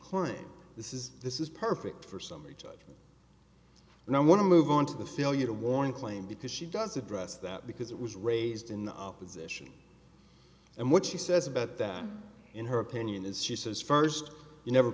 climb this is this is perfect for summary judgment and i want to move on to the failure to warn claim because she does address that because it was raised in opposition and what she says about that in her opinion is she says first you never